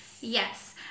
Yes